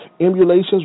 emulations